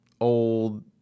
old